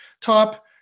top